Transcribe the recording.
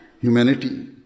humanity